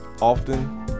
often